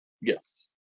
Yes